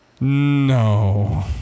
no